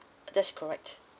that's correct